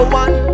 one